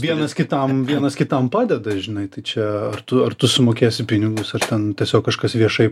vienas kitam vienas kitam padeda žinai tai čia ar tu ar tu sumokėsi pinigus ar ten tiesiog kažkas viešai